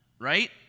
right